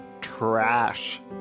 Trash